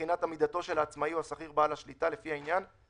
עמית שכבר יש לו הלוואות, מה